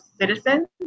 citizens